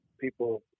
people